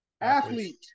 Athlete